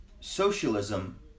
Socialism